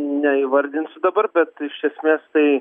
neįvardinsiu dabar bet iš esmės tai